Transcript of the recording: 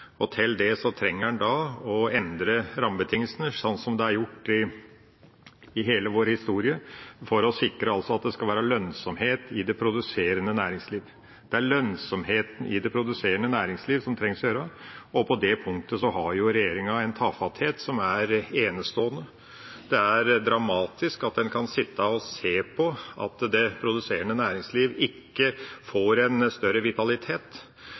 Til det trenger man å endre rammebetingelsene, sånn som det er gjort i hele vår historie, for å sikre at det skal være lønnsomhet i det produserende næringslivet. Det er lønnsomheten i det produserende næringslivet som trengs å gjøres noe med, og på det punktet har regjeringa en tafatthet som er enestående. Det er dramatisk at en kan sitte og se på at det produserende næringslivet ikke får en større vitalitet.